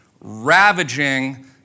ravaging